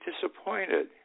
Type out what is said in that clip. disappointed